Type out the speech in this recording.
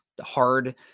hard